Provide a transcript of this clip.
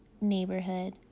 neighborhood